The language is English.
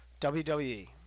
WWE